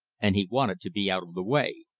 and he wanted to be out of the way.